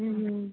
ଉଁ ହୁଁ